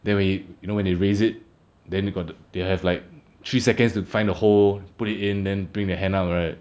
then we you know when they raise it then you got the they'll have like three seconds to find the hole put it in then bring their hand up right